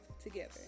together